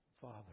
Father